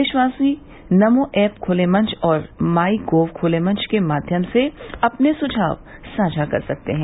देशवासी नमो ऐप खुले मंच और माइ गोव खुले मंच के माध्यम से अपने सुझाव साझा कर सकते हैं